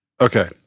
Okay